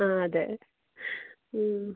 ആ അതെ